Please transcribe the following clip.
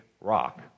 rock